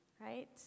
Right